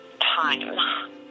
time